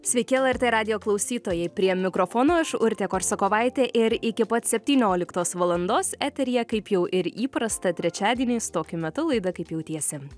sveiki lrt radijo klausytojai prie mikrofono aš urtė korsakovaitė ir iki pat septynioliktos valandos eteryje kaip jau ir įprasta trečiadieniais tokiu metu laida kaip jautiesi